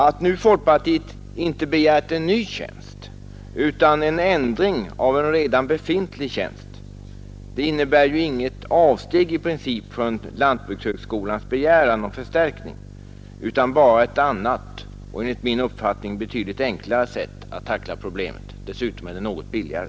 Att nu folkpartiet inte begärt en ny tjänst utan en ändring av en redan befintlig tjänst innebär inget avsteg i princip från lantbrukshögskolans begäran om förstärkning utan bara ett annat och enligt min uppfattning betydligt enklare sätt att tackla problemet. Dessutom är det något billigare.